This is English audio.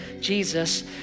Jesus